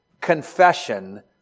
confession